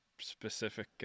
specific